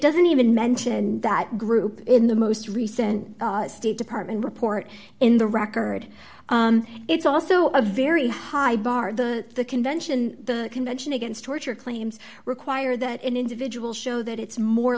doesn't even mention that group in the most recent state department report in the record it's also a very high bar the convention the convention against torture claims require that an individual show that it's more